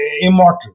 immortal